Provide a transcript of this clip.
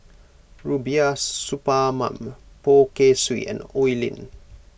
Rubiah Suparman Poh Kay Swee and Oi Lin